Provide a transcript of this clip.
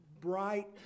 bright